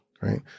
right